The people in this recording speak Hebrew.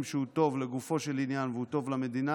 שהוא טוב לגופו של עניין והוא טוב למדינה,